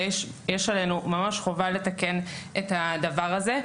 ויש עלינו ממש חובה לתקן את הדבר הזה.